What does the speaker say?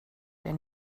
der